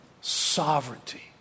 sovereignty